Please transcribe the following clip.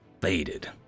faded